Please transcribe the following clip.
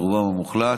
רובם המוחלט,